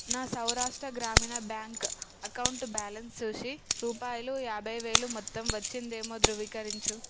నా Saurashtra Gramin bank account balance చూసి రూపాయిలు యాభై వేలు మొత్తం వచ్చిందేమో ధృవీకరించు